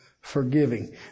forgiving